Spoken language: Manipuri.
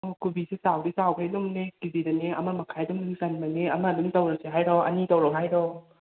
ꯑꯣ ꯀꯣꯕꯤꯁꯦ ꯆꯥꯎꯗꯤ ꯆꯥꯎꯔꯦ ꯂꯨꯝꯃꯦ ꯀꯦꯖꯤꯗꯅꯦ ꯑꯃ ꯃꯈꯥꯏꯗꯨꯝ ꯆꯟꯕꯅꯦ ꯑꯃ ꯑꯗꯨꯝ ꯇꯧꯔꯁꯦ ꯍꯥꯏꯔꯣ ꯑꯅꯤ ꯇꯧꯔꯣ ꯍꯥꯏꯔꯣ